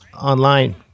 online